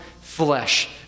flesh